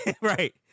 Right